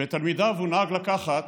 ואת תלמידיו הוא נהג לקחת,